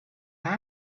for